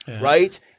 right